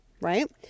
right